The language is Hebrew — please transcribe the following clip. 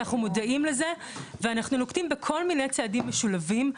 אנחנו מודעים לזה ואנחנו נוקטים בכל מיני צעדים משולבים.